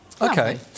Okay